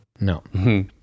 no